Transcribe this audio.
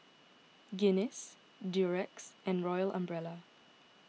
Guinness Durex and Royal Umbrella